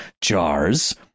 jars